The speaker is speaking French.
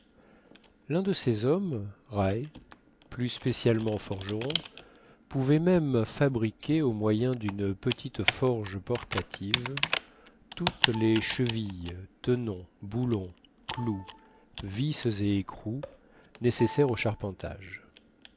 l'un de ces hommes raë plus spécialement forgeron pouvait même fabriquer au moyen d'une petite forge portative toutes les chevilles tenons boulons clous vis et écrous nécessaires au charpentage